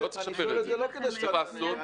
צריך לעשות אחר.